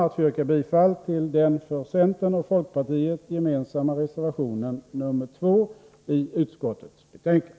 Jag yrkar bifall till den för centerpartiet och folkpartiet gemensamma reservationen nr 2 i utskottets betänkande.